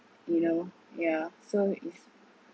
you know yeah so is